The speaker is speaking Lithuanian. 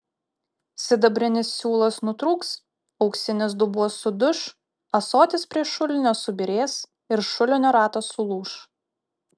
sidabrinis siūlas nutrūks auksinis dubuo suduš ąsotis prie šulinio subyrės ir šulinio ratas sulūš